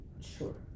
Sure